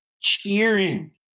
cheering